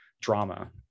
drama